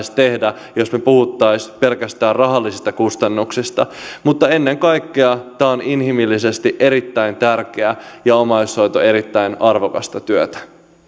tehdä jos me puhuisimme pelkästään rahallisista kustannuksista mutta ennen kaikkea tämä on inhimillisesti erittäin tärkeää ja omaishoito erittäin arvokasta työtä